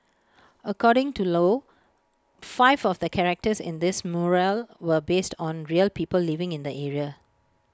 according to low five of the characters in this mural were based on real people living in the area